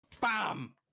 BAM